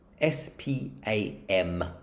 S-P-A-M